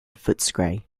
footscray